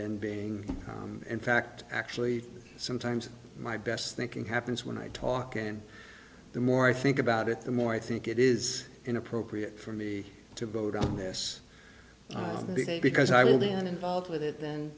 then being in fact actually sometimes my best thinking happens when i talk and the more i think about it the more i think it is inappropriate for me to vote on this because i will then involved with it